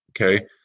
Okay